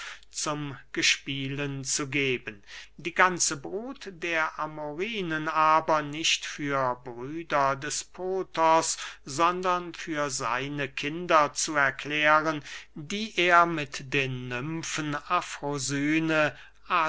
zum gespielen zu geben die ganze brut der amorinen aber nicht für brüder des pothos sondern für seine kinder zu erklären die er mit den nymfen